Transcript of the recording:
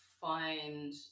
find